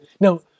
Now